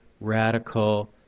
radical